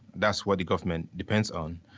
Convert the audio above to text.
that's what the government depends on.